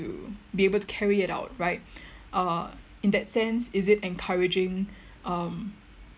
to be able to carry it out right uh in that sense is it encouraging um